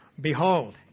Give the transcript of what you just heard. Behold